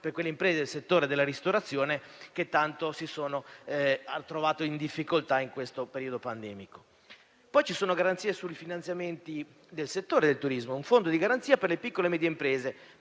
per quelle imprese del settore della ristorazione che tanto si sono trovate in difficoltà in questo periodo pandemico. Ci sono poi garanzie sui finanziamenti del settore del turismo, un fondo di garanzia per le piccole e medie imprese;